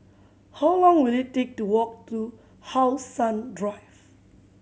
how long will it take to walk to How Sun Drive